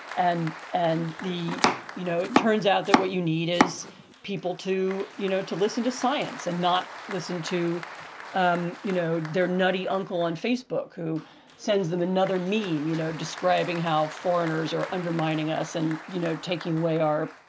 and and the you know, it turns out that what you need is people to you know to listen to science and not listen to um you know their nutty uncle on facebook who sends them another meme, you know, describing how foreigners are undermining us and you know taking away our,